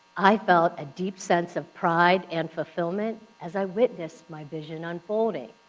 i felt a deep sense of pride and fulfillment as i witnessed my vision unfolding.